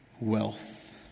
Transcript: wealth